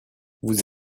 vous